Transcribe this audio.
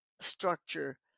structure